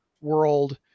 World